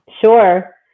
Sure